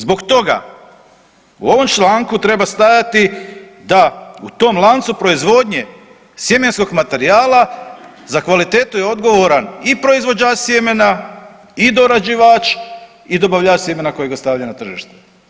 Zbog toga u ovom članku treba stajati da u tom lancu proizvodnje sjemenskog materijala za kvalitetu je odgovoran i proizvođač sjemena i dorađivač i dobavljač sjemena koji ga stavlja na tržište.